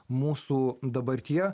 mūsų dabartyje